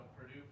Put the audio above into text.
Purdue